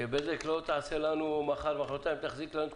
שבזק לא תעשה לנו מחר-מוחרתיים תרגיל.